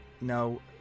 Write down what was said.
No